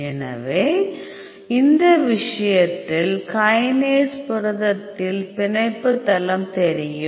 எனவே இந்த விஷயத்தில் கைனேஸ் புரதத்தில் பிணைப்பு தளம் தெரியும்